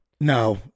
No